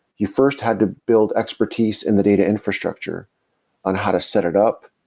you first had to build expertise in the data infrastructure on how to set it up,